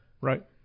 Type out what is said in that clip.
Right